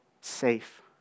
safe